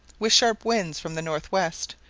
with sharp winds from the north-west,